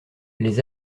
les